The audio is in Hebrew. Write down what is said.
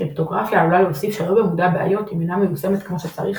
קריפטוגרפיה עלולה להוסיף שלא במודע בעיות אם אינה מיושמת כמו שצריך